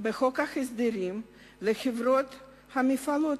בחוק ההסדרים לחברות המפעילות,